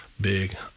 big